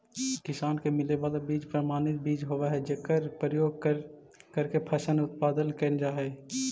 किसान के मिले वाला बीज प्रमाणित बीज होवऽ हइ जेकर प्रयोग करके फसल उत्पादन कैल जा हइ